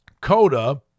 Coda